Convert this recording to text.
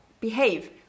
behave